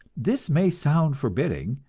this may sound forbidding,